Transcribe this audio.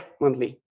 monthly